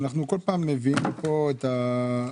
אנחנו כל פעם מביאים פה את השיפוץ,